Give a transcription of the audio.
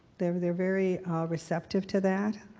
they're they're very receptive to that,